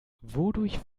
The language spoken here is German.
wodurch